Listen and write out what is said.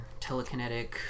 telekinetic